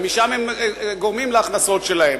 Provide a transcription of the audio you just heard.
ומשם הם גורמים להכנסות שלהם.